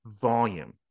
volume